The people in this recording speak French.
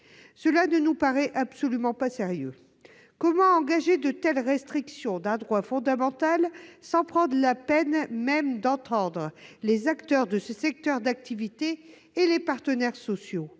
Cela ne nous paraît absolument pas sérieux. Comment engager de telle restriction d'un droit fondamental sans même prendre la peine d'entendre les acteurs de ce secteur d'activité et les partenaires sociaux ?